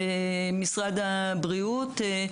משרד הבריאות,